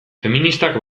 feministak